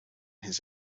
his